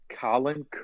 Colin